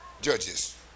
Judges